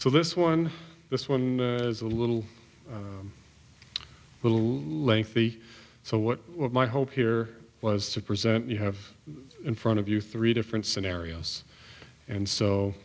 so this one this one is a little little lengthy so what my hope here was to present you have in front of you three different scenarios and so